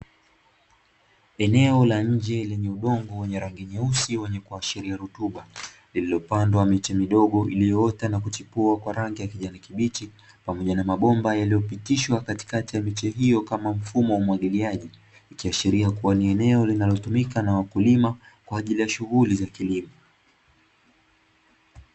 Eneo la nje lenye udongo wenye rangi nyeusi wenyekuashiria rutuba, lililopandwa miche midogo iliyoota na kuchipua kwa rangi ya kijani kibichi, pamoja na mabomba yaliyopitishwa katikati ya miche hiyo kama mfumo wa umwagiliaji, ikiashiria kuwa ni eneo linalotumika na wakulima kwa ajili ya shughuli za kilimo.